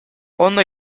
ondo